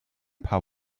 paar